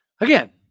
Again